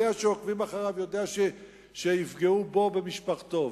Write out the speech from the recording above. יודע שעוקבים אחריו, יודע שיפגעו בו ובמשפחתו.